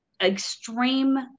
extreme